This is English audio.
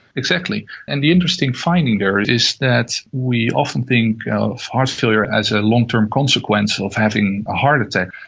exactly. and the interesting finding there is that we often think of heart failure as a long-term consequence of having a heart attack,